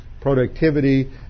productivity